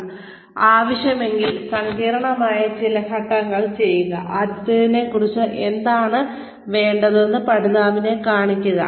കൂടാതെ ആവശ്യമെങ്കിൽ സങ്കീർണ്ണമായ ചില ഘട്ടങ്ങൾ ചെയ്യുക ആദ്യത്തെ കുറച്ച് തവണ എന്താണ് വേണ്ടതെന്ന് പഠിതാവിനെ കാണിക്കുക